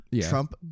Trump